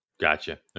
Gotcha